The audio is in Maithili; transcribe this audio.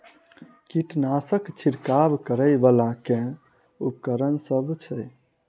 कीटनासक छिरकाब करै वला केँ उपकरण सब छै?